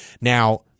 Now